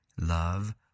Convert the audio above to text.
love